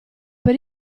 per